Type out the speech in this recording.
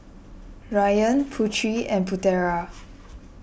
Ryan Putri and Putera